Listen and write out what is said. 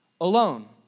alone